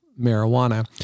marijuana